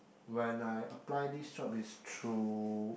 when I apply this job is through